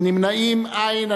נמנעים, אין.